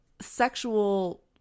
sexual